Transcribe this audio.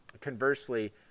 conversely